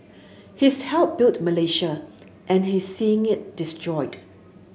he's helped built Malaysia and he's seeing it destroyed